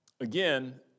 again